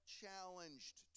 challenged